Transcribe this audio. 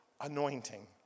anointing